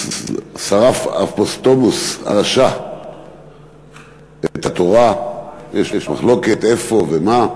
שרף אפוסטמוס הרשע את התורה, יש מחלוקת איפה ומה,